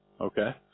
okay